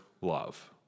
love